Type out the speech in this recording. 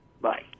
Bye